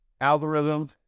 algorithm